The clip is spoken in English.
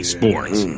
Sports